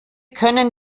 können